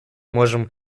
сможем